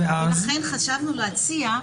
לכן חשבנו להציע,